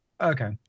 Okay